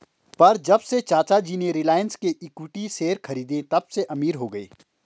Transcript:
पर जब से चाचा जी ने रिलायंस के इक्विटी शेयर खरीदें तबसे अमीर हो गए